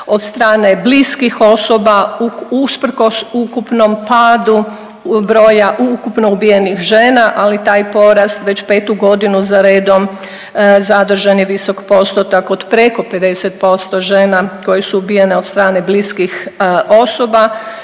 od strane bliskih osoba, usprkos ukupnom padu, u, broja ukupno ubijenih žena, ali taj porast već 5. godinu zaredom, zadržan je visok postotak od preko 50% žena koje su ubijene od strane bliskim osoba